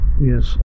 Yes